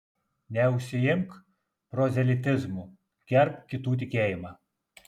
neužsiimk prozelitizmu gerbk kitų tikėjimą